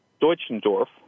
Deutschendorf